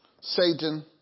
Satan